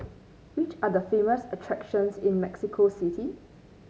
which are the famous attractions in Mexico City